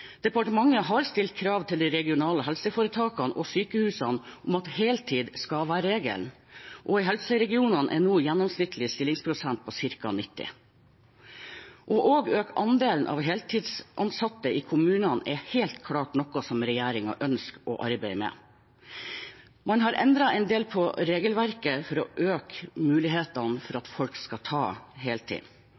Departementet har stilt krav til de regionale helseforetakene og sykehusene om at heltid skal være regelen. I helseregionene er nå gjennomsnittlig stillingsprosent på ca. 90. Også å øke andelen heltidsansatte i kommunene er helt klart noe regjeringen ønsker å arbeide med. Man har endret en del på regelverket for å øke mulighetene for at folk skal ta